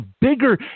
bigger